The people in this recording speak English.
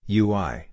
ui